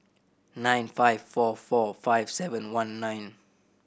nine five four four five seven one nine